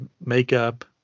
makeup